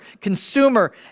consumer